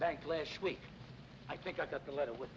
back last week i think i got the letter with